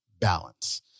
balance